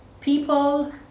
people